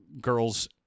girls